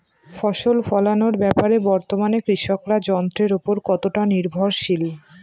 ফসল ফলানোর ব্যাপারে বর্তমানে কৃষকরা যন্ত্রের উপর কতটা নির্ভরশীল?